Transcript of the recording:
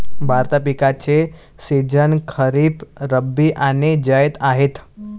भारतात पिकांचे सीझन खरीप, रब्बी आणि जैद आहेत